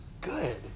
good